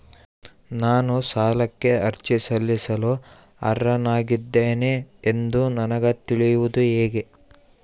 ನಾನು ಸಾಲಕ್ಕೆ ಅರ್ಜಿ ಸಲ್ಲಿಸಲು ಅರ್ಹನಾಗಿದ್ದೇನೆ ಎಂದು ನನಗ ತಿಳಿಯುವುದು ಹೆಂಗ?